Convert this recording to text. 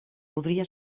podria